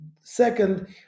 Second